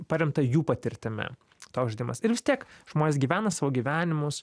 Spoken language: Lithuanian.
paremta jų patirtimi toks žaidimas ir vis tiek žmonės gyvena savo gyvenimus